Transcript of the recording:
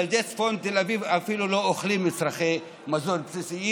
ילדי צפון תל אביב אפילו לא אוכלים מצרכי מזון בסיסיים,